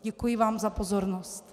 Děkuji vám za pozornost.